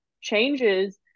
changes